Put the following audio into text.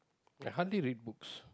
I hardly read books